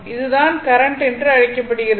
இதுதான் கரண்ட் என்று அழைக்கப்படுகிறது